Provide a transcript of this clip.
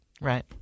Right